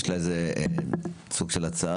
יש לה סוג של הצעה.